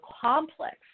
complex